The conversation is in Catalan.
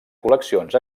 col·leccions